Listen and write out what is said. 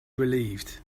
relieved